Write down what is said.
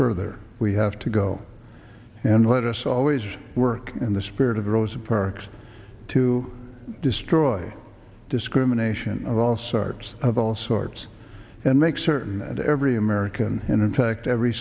further we have to go and let us always work in the spirit of rosa parks to destroy discrimination of all sorts of all sorts and make certain that every american and in fact every